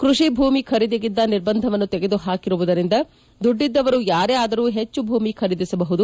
ಕ್ಕಷಿ ಭೂಮಿ ಖರೀದಿಗಿದ್ದ ನಿರ್ಭಂಧವನ್ನು ತೆಗೆದು ಹಾಕಿರುವುದರಿಂದ ದುಡ್ಡಿದ್ದವರು ಯಾರೇ ಆದರೂ ಹೆಚ್ಚು ಭೂಮಿ ಖರೀದಿಸಬಹುದು